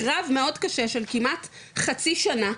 קרב מאוד קשה של כמעט חצי שנה,